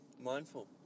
mindful